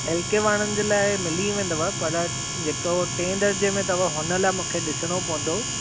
L के वारनि जे लाइ मिली वेंदव पर जेको टें दर्जे में अथव हुन लाइ मूंखे ॾिसणो पवंदो